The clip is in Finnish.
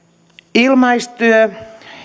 ilmaistyötä